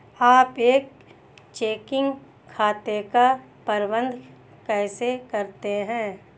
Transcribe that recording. आप एक चेकिंग खाते का प्रबंधन कैसे करते हैं?